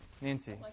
Nancy